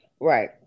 Right